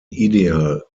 ideal